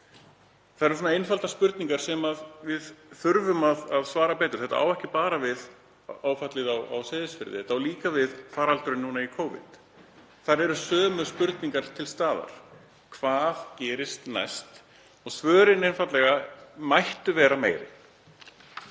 Það eru svona einfaldar spurningar sem við þurfum að svara betur. Þetta á ekki bara við um áfallið á Seyðisfirði. Þetta á líka við um faraldurinn. Þar er sama spurning til staðar: Hvað gerist næst? Svörin mættu einfaldlega vera meiri.